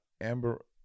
Amber